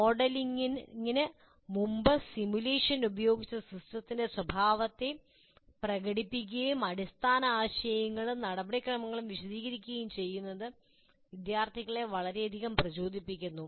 മോഡലിംഗിന് മുമ്പ് സിമുലേഷൻ ഉപയോഗിച്ച് സിസ്റ്റത്തിന്റെ സ്വഭാവത്തെ പ്രകടിപ്പിക്കുകയും അടിസ്ഥാന ആശയങ്ങളും നടപടിക്രമങ്ങളും വിശദീകരിക്കുകയും ചെയ്യുന്നത് വിദ്യാർത്ഥികളെ വളരെയധികം പ്രചോദിപ്പിക്കുന്നു